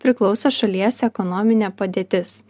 priklauso šalies ekonominė padėtis